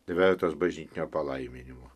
vertas bažnytinio palaiminimo